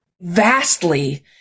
vastly